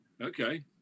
Okay